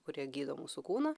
kurie gydo mūsų kūną